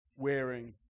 wearing